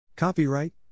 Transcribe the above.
Copyright